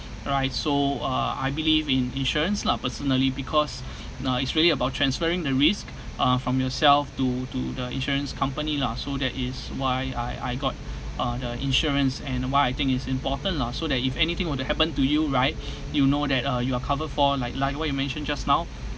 right so uh I believe in insurance lah personally because no it's really about transferring the risk uh from yourself to to the insurance company lah so that is why I I got uh the insurance and why I think it's important lah so that if anything were to happen to you right you know that uh you are covered for like like what you mentioned just now